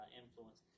influence